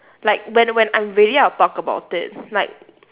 like when when I'm ready I'll talk about it like